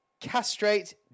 castrate